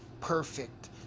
perfect